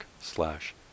slash